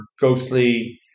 ghostly